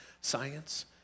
science